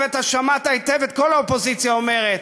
ואתה שמעת היטב את כל האופוזיציה אומרת: